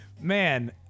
man